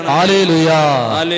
Hallelujah